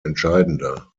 entscheidender